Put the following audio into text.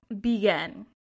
begin